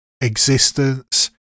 Existence